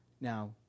Now